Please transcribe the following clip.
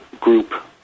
group